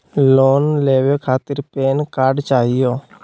Loan लेवे खातीर PAN card चाहियो?